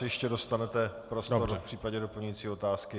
Ještě dostanete prostor v případě doplňující otázky.